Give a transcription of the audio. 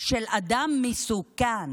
של אדם מסוכן